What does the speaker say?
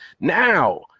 Now